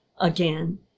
again